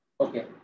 Okay